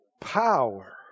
power